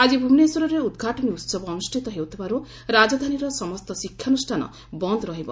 ଆକି ଭୁବନେଶ୍ୱରରେ ଉଦ୍ଘାଟନୀ ଉହବ ଅନୁଷ୍ଠିତ ହେଉଥିବାରୁ ରାଜଧାନୀର ସମସ୍ତ ଶିକ୍ଷାନୁଷ୍ଠାନ ବନ୍ଦ ରହିବ